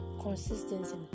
consistency